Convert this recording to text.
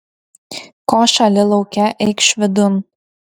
ko šąli lauke eikš vidun